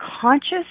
conscious